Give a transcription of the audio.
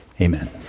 Amen